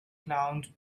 clowns